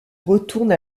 retourne